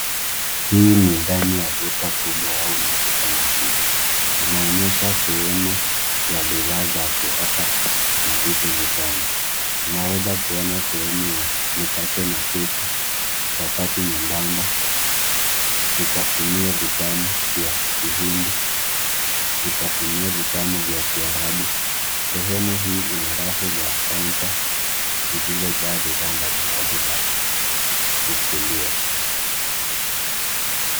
Hii ni ndani ya duka kubwa au maduka makubwa ,inaonyesha sehemu ya bidhaa za kuoka na vitu vitamu ,unaweza kuona sehemu ya mikate na keki, chapati nyembamba ,vitafunio vitamu vya kihindi ,vitafunio vitamu vya kiarabu ,sehemu hii ina rafu za kaunter zilizo jaa bidhaa mbalimbali za kukuliwa.